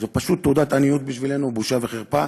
זו פשוט תעודת עניות בשבילנו, בושה וחרפה.